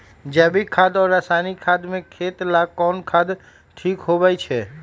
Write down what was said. जैविक खाद और रासायनिक खाद में खेत ला कौन खाद ठीक होवैछे?